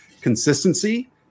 consistency